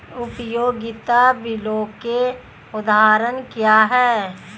उपयोगिता बिलों के उदाहरण क्या हैं?